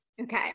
Okay